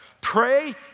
Pray